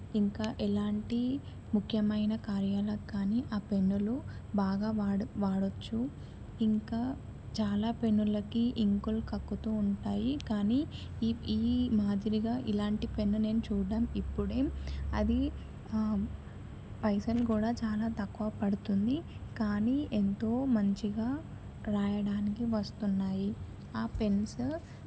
ఇంకా ఎలాంటి ముఖ్యమైన కార్యాలకు కానీ ఆ పెన్నులు బాగా వాడ వాడవచ్చు ఇంకా చాలా పెన్నులకి ఇంకులు కక్కుతూ ఉంటాయి కానీ ఈ ఈ మాదిరిగా ఇలాంటి పెన్ను నేను చూడటం ఇప్పుడే అది పైసలు కూడా చాలా తక్కువ పడుతుంది కానీ ఎంతో మంచిగా వ్రాయడానికి వస్తున్నాయి ఆ పెన్స్